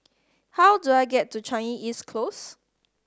how do I get to Changi East Close